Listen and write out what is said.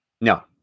No